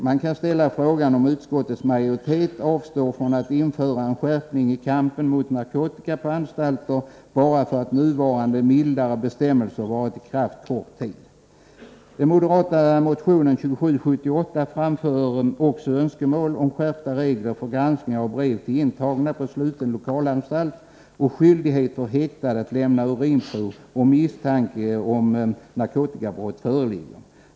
Man kan ställa frågan om utskottets majoritet avstår från att införa en skärpning i kampen mot narkotika på anstalter bara för att nuvarande mildare bestämmelser varit i kraft för kort tid. I den moderata motionen 2778 framförs också önskemål om skärpta regler för granskning av brev till intagna på sluten lokalanstalt och skyldighet för häktad att lämna urinprov, om misstanke om narkotikabrott föreligger.